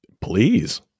Please